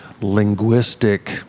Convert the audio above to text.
linguistic